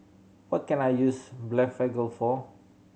what can I use Blephagel for